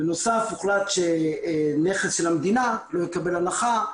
בנוסף הוחלט שנכס של המדינה לא יקבל הנחה,